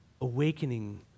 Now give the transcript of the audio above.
awakening